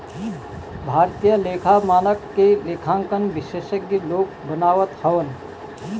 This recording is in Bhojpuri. भारतीय लेखा मानक के लेखांकन विशेषज्ञ लोग बनावत हवन